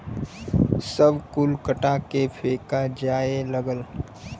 सब कुल कटा के फेका जाए लगल